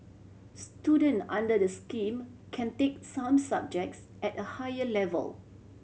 student under the scheme can take some subjects at a higher level